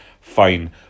fine